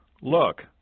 Look